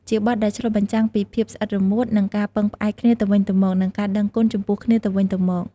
ជាបទដែលឆ្លុះបញ្ចាំងពីភាពស្អិតរមួត ការពឹងផ្អែកគ្នាទៅវិញទៅមក និងការដឹងគុណចំពោះគ្នាទៅវិញទៅមក។